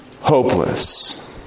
hopeless